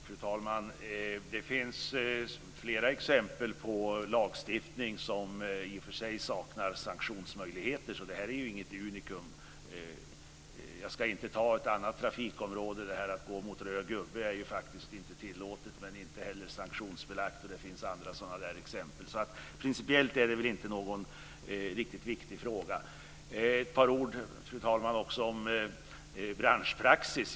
Fru talman! Det finns flera exempel på lagstiftning som i och för sig saknar sanktionsmöjligheter, så det är inget unikum. Jag ska inte ta ett annat trafikområde. Att gå mot röd gubbe är faktiskt inte tillåtet, men inte heller sanktionsbelagt. Det finns också andra sådana exempel, så principiellt är det inte någon viktig fråga. Ett par ord, fru talman, om branschpraxis.